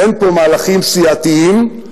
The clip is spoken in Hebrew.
אין פה מהלכים סיעתיים,